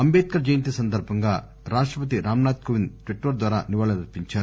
అంబేద్కర్ జయంతి సందర్బంగా రాష్టపతి రాంనాథ్ కోవింద్ ట్విట్టర్ ద్వారా నివాళులర్పించారు